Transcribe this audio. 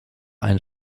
ein